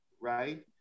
right